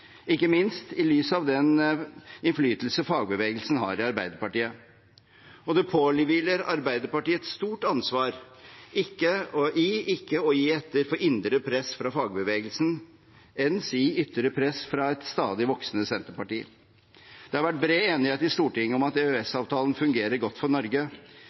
ikke minst i lys av den innflytelse fagbevegelsen har i Arbeiderpartiet. Det påhviler Arbeiderpartiet et stort ansvar for ikke å gi etter for indre press fra fagbevegelsen, enn si ytre press fra et stadig voksende Senterparti. Det har vært bred enighet i Stortinget om at EØS-avtalen fungerer godt for Norge.